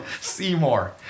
seymour